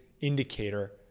indicator